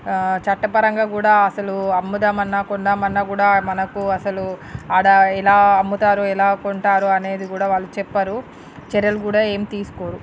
చట్టపరంగా కూడా అసలు అమ్ముదాం అన్న కొందాం కొందాం అన్న కూడా మనకు అసలు ఆడ ఎలా అమ్ముతారో ఎలా కొంటారో అనేది కూడా వాళ్ళు చెప్పరు చర్యలు కూడా ఏమి తీసుకోరు